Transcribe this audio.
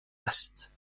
است